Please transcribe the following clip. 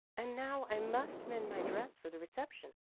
and now i must mend my dress for the reception,